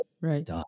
right